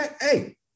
hey